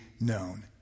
known